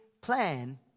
plan